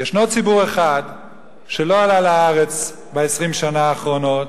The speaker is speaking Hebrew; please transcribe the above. ישנו ציבור אחד שלא עלה לארץ ב-20 השנה האחרונות,